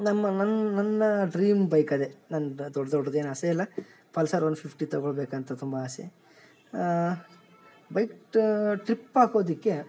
ನಮ್ಮ ನನ್ನ ನನ್ನ ಡ್ರೀಮ್ ಬೈಕ್ ಅದೇ ನಂದು ದೊಡ್ಡ ದೊಡ್ಡ ಏನು ಆಸೆ ಇಲ್ಲ ಪಲ್ಸರ್ ಒನ್ ಫಿಫ್ಟಿ ತಗೊಳ್ಬೇಕಂತ ತುಂಬ ಆಸೆ ಬೈಕ್ ಟ್ರಿಪ್ ಹಾಕೋದಿಕ್ಕೆ